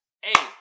Hey